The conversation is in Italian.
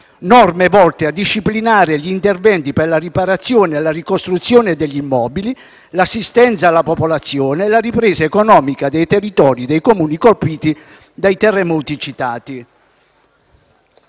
sono volte a disciplinare gli interventi per la riparazione e la ricostruzione degli immobili; l'assistenza alla popolazione; la ripresa economica dei territori dei Comuni colpiti dai terremoti citati.